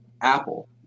Apple